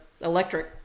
electric